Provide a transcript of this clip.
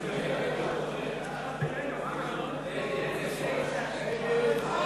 התורה וקבוצת סיעת חד"ש לסעיף 7 לא נתקבלה.